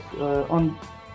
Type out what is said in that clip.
on